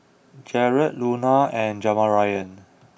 Jarad Luna and Jamarion